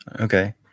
Okay